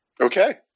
Okay